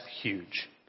huge